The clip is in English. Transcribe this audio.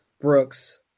Brooks